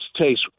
taste